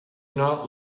not